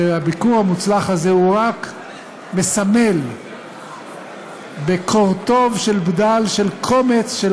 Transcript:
שהביקור המוצלח הזה רק מסמל קורטוב של בדל של קומץ של